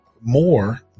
more